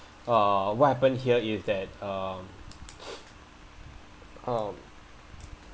uh what happened here is that uh um